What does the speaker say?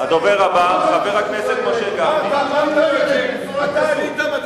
לא אמרתי שאני לא ארד.